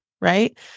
right